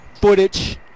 footage